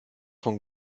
von